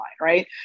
right